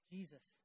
Jesus